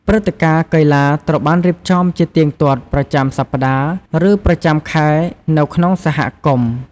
ព្រឹត្តិការណ៍កីឡាត្រូវបានរៀបចំជាទៀងទាត់ប្រចាំសប្ដាហ៍ ឬប្រចាំខែនៅក្នុងសហគមន៍។